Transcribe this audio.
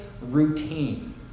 routine